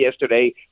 yesterday